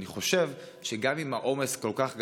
אני חושב שגם אם העומס כל כך גדול,